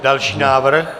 Další návrh.